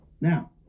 Now